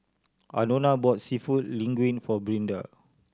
Anona bought Seafood Linguine for Brinda